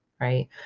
right